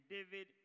David